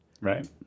Right